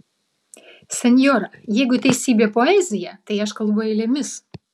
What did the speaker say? senjora jeigu teisybė poezija tai aš kalbu eilėmis